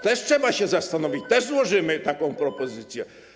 Też trzeba się nad tym zastanowić, też złożymy taką propozycję.